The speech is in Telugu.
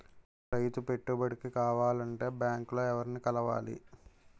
రైతు పెట్టుబడికి కావాలంటే బ్యాంక్ లో ఎవరిని కలవాలి?